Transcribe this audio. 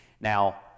Now